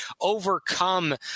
overcome